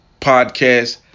podcast